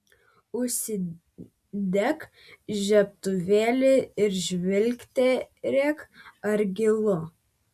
užsidek žiebtuvėlį ir žvilgterėk ar gilu